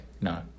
no